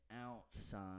outside